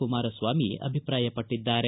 ಕುಮಾರಸ್ವಾಮಿ ಅಭಿಪ್ರಾಯಪಟ್ಟಿದ್ದಾರೆ